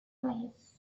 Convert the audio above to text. plays